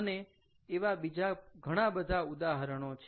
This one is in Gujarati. અને એવા બીજા ઘણા બધા ઉદાહરણો છે